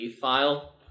file